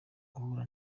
ahura